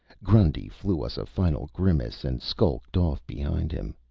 grundy threw us a final grimace and skulked off behind him.